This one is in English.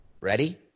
Ready